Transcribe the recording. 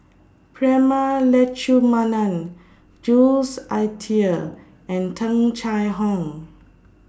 Prema Letchumanan Jules Itier and Tung Chye Hong